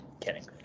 kidding